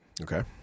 Okay